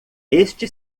este